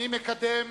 אני מקדם